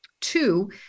two